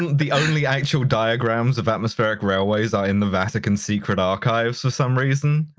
the only actual diagrams of atmospheric railways are in the vatican secret archives for some reason?